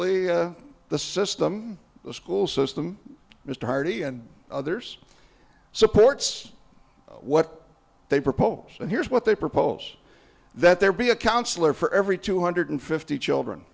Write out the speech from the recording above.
y the system the school system mr hardee and others supports what they propose and here's what they propose that there be a counsellor for every two hundred fifty children